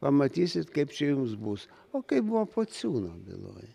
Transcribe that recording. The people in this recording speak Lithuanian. pamatysit kaip čia jums bus o kaip buvo pociūno byloj